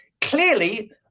Clearly